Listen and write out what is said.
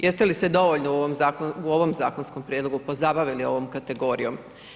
Jeste li se dovoljno u ovom zakonskom prijedlogu pozabavili ovom kategorijom?